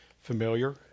familiar